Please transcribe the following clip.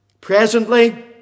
Presently